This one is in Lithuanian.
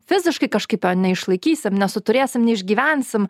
fiziškai kažkaip jo neišlaikysim nesuturėsim neišgyvensim